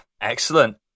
Excellent